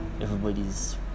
everybody's